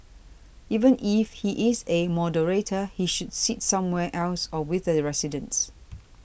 even if he is a moderator he should sit somewhere else or with the residents